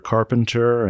Carpenter